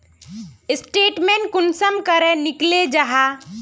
Statement कुंसम निकले जाहा?